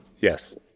Yes